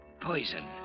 Poison